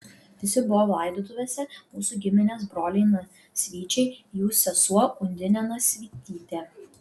visi buvo laidotuvėse mūsų giminės broliai nasvyčiai jų sesuo undinė nasvytytė